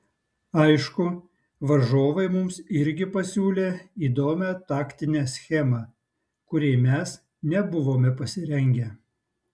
aišku varžovai mums irgi pasiūlė įdomią taktinę schemą kuriai mes nebuvome pasirengę